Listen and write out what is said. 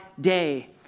day